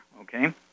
okay